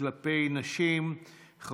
כלפי נשים, מס'